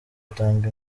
atanga